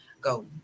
go